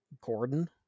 Gordon